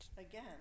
again